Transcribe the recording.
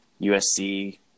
usc